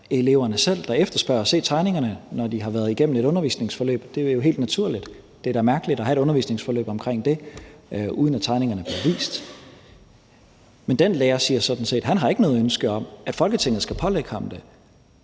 eleverne selv, der efterspørger at se tegningerne, når de har været igennem et undervisningsforløb. Det er jo helt naturligt. Det er da mærkeligt at have et undervisningsforløb omkring det, uden at tegningerne bliver vist. Men den lærer siger sådan set, at han ikke har noget ønske om, at Folketinget skal pålægge ham det.